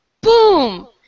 BOOM